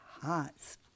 hearts